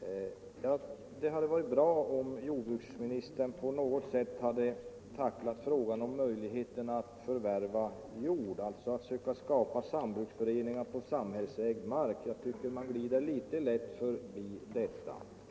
nu. Det hade varit bra om jordbruksministern på något sätt hade tacklat frågan om möjligheten att skapa sambruksföreningar på samhällsägd mark. Jag tycker att man glider litet lätt förbi detta.